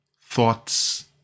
Thoughts